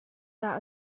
dah